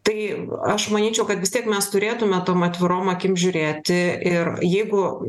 tai aš manyčiau kad vis tiek mes turėtume tom atvirom akim žiūrėti ir jeigu